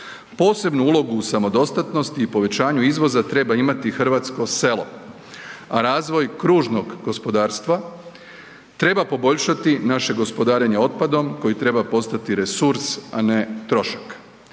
Posebnu ulogu u samodostatnosti i povećanju izvoza treba imati hrvatsko selo, a razvoj kružnog gospodarstva treba poboljšati naše gospodarenje otpadom koji treba postati resurs, a ne trošak.